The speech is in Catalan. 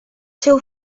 seu